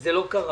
וזה לא קרה,